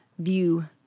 view